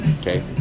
Okay